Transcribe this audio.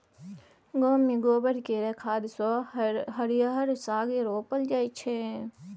गांव मे गोबर केर खाद सँ हरिहर साग रोपल जाई छै